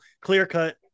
clear-cut